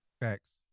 Facts